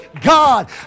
God